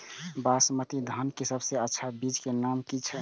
बासमती धान के सबसे अच्छा बीज के नाम की छे?